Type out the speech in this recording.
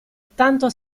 tanto